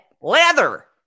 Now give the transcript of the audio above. Leather